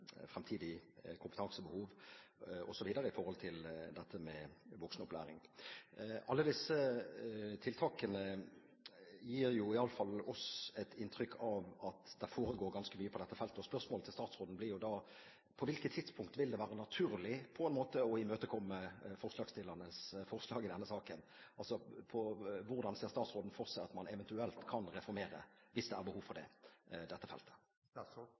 kompetansebehov osv. når det gjelder voksenopplæring. Alle disse tiltakene gir i alle fall oss et inntrykk av at det foregår ganske mye på dette feltet. Spørsmålet til statsråden blir da: På hvilket tidspunkt vil det være naturlig å imøtekomme forslagsstillernes forslag i denne saken? Hvordan ser statsråden for seg at man eventuelt kan reformere – hvis det er behov for det – dette feltet?